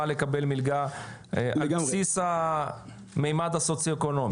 לקבל מלגה על בסיס המימד הסוציואקונומי.